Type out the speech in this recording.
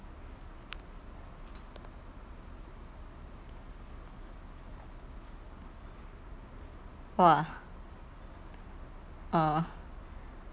!wah! ah